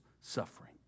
suffering